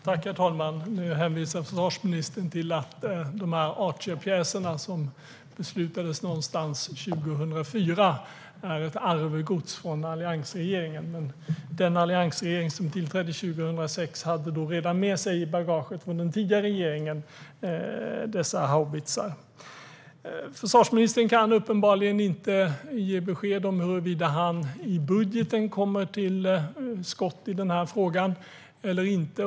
Herr talman! Nu hänvisar försvarsministern till att de här Archerpjäserna, som beslutades någon gång 2004, är ett arvegods från alliansregeringen. Men den alliansregering som tillträdde 2006 hade dessa haubitsar med sig i bagaget från den tidigare regeringen. Försvarsministern kan uppenbarligen inte ge besked om huruvida han kommer till skott i den här frågan i budgeten eller inte.